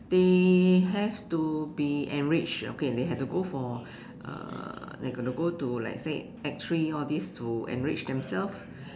they have to be enriched okay they have to go for uh they got to go to like say Act Three all these to enrich themselves